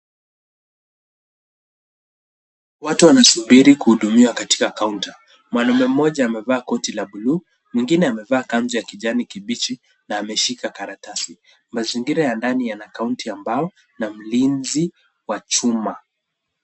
Watu wanasubiri kuhudumiwa katika kaunta. Mwanaume mmoja amevaa koti la blue , mwingine amevaa kanzu ya kijani kibichi na ameshika karatasi. Mazingira ya ndani yana kaunti ya mbao na mlinzi wa chuma.